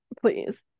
Please